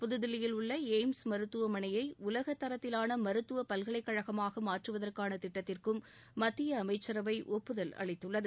புதுதில்லியில் உள்ள எய்ம்ஸ் மருத்துவமனையை உலகத்தரத்திவாள மருத்துவ பல்கலைக்கழகமாக மாற்றுவதற்கான திட்டத்திற்கும் மத்திய அமைச்சரவை ஒப்புதல் அளித்துள்ளது